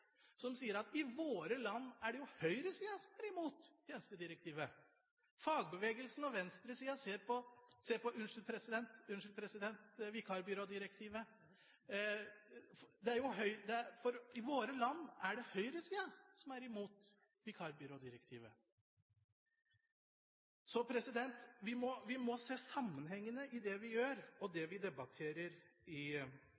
som sier: I våre land er det høyresiden som er imot tjenestedirektivet – unnskyld, president: vikarbyrådirektivet. Vi må se sammenhengene i det vi gjør, og det